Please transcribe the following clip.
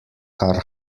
kar